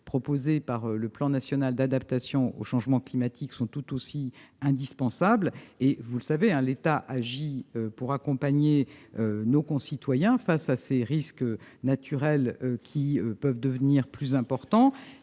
proposées par le plan national d'adaptation au changement climatique sont tout aussi indispensables. Vous le savez, l'État agit pour accompagner nos concitoyens face à ces risques naturels qui peuvent s'aggraver.